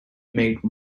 made